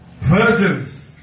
virgins